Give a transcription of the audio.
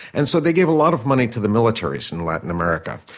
and so they gave a lot of money to the militaries in latin america.